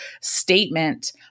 statement